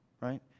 right